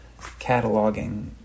cataloging